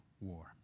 war